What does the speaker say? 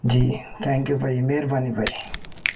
ਜੀ thank you ਭਾਅ ਜੀ ਮਿਹਰਬਾਨੀ ਭਾਅ ਜੀ